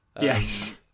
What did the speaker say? Yes